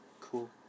Cool